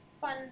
fun